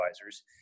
advisors